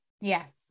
Yes